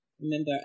remember